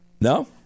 No